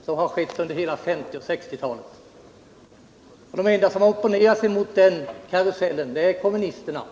Detta har skett under hela 1950-talet och 1960-talet. De enda som opponerat sig emot den karusellen är kommunisterna.